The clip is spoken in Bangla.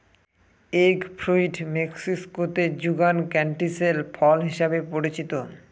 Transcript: এগ ফ্রুইট মেক্সিকোতে যুগান ক্যান্টিসেল ফল হিসাবে পরিচিত